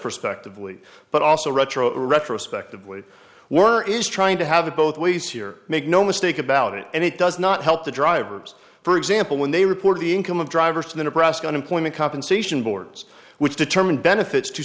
prospectively but also retro retrospectively were is trying to have it both ways here make no mistake about it and it does not help the drivers for example when they report the income of drivers to the nebraska unemployment compensation boards which determine benefits to